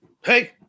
Hey